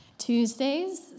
Tuesdays